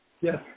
Yes